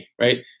right